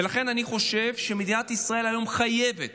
ולכן אני חושב שמדינת ישראל היום חייבת,